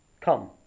Come